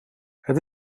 het